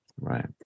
Right